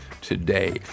today